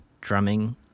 Drumming